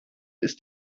ist